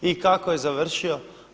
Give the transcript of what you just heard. I kako je završio?